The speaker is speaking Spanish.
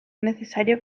necesario